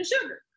sugar